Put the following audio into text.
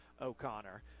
O'Connor